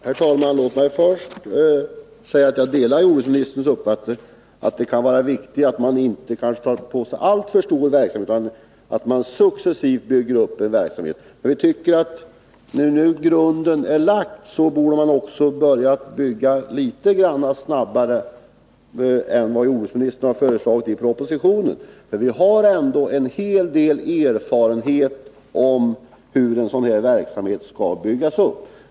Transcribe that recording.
Herr talman! Låt mig först säga att jag delar jordbruksministerns uppfattning att det kan vara viktigt att man inte tar på sig en alltför stor verksamhet utan successivt bygger upp en verksamhet. Men när nu grunden är lagd borde man börja bygga litet snabbare än vad jordbruksministern föreslagit i propositionen. Vi har ändå en hel del erfarenhet av hur sådan här verksamhet skall byggas upp.